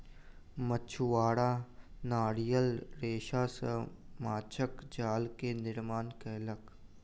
मछुआरा नारियल रेशा सॅ माँछक जाल के निर्माण केलक